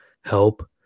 help